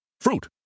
Fruit